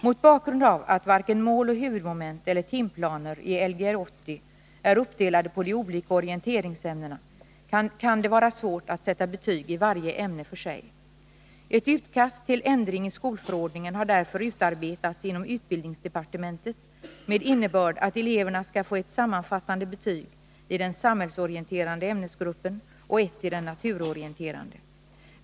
Mot bakgrund av att varken mål och huvudmoment eller timplaner i Lgr 80 är uppdelade på de olika orienteringsämnena kan det vara svårt att sätta betyg i varje ämne för sig. Ett utkast till ändring i skolförordningen har därför utarbetats inom utbildningsdepartementet med innebörd att eleverna skall få ett sammanfattande betyg i den samhällsorienterande ämnesgruppen och ett i den naturorienterande.